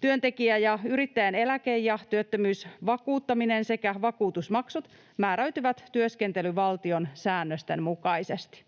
Työntekijän ja yrittäjän eläke‑ ja työttömyysvakuuttaminen sekä ‑vakuutusmaksut määräytyvät työskentelyvaltion säännösten mukaisesti.